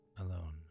alone